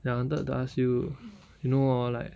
ya I wanted to ask you you know orh like